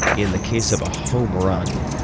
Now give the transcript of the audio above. in the case of a homerun,